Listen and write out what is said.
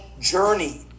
journey